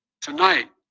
Tonight